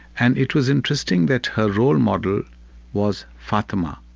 and it was interesting that her role model was fatima,